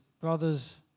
brothers